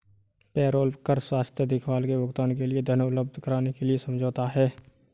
payroll कर स्वास्थ्य देखभाल के भुगतान के लिए धन उपलब्ध कराने के लिए समझौता है